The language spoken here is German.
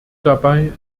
dabei